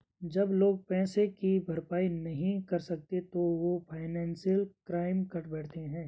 जब लोग पैसे की भरपाई नहीं कर सकते वो फाइनेंशियल क्राइम कर बैठते है